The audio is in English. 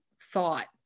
thought